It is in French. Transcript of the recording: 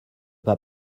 pas